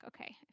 okay